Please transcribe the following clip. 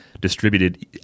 distributed